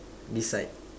this side